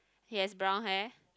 he has brown hair